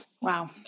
Wow